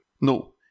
No